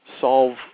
solve